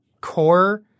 core